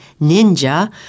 ninja